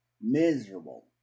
miserable